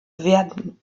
werden